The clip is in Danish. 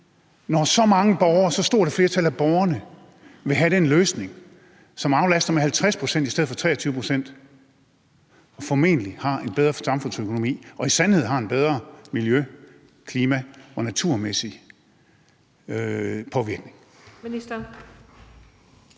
når så mange borgere og så stort et flertal af borgerne vil have den løsning, som aflaster med 50 pct. i stedet for 23 pct. og formentlig har en bedre samfundsøkonomi og i sandhed har en bedre miljø-, klima- og naturmæssig påvirkning?